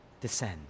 descend